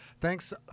Thanks